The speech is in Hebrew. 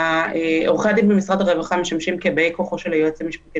עורכי הדין במשרד הרווחה משמשים כבאי כוחו של היועץ המשפטי